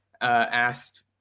asked